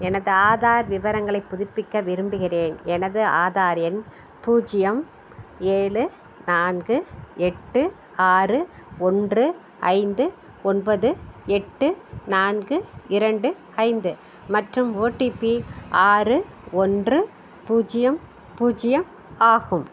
எனது ஆதார் விவரங்களை புதுப்பிக்க விரும்புகிறேன் எனது ஆதார் எண் பூஜ்ஜியம் ஏழு நான்கு எட்டு ஆறு ஒன்று ஐந்து ஒன்பது எட்டு நான்கு இரண்டு ஐந்து மற்றும் ஓடிபி ஆறு ஒன்று பூஜ்ஜியம் பூஜ்ஜியம் ஆகும்